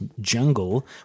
jungle